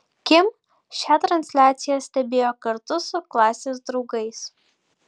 kim šią transliaciją stebėjo kartu su klasės draugais